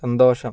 സന്തോഷം